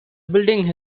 building